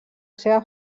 seva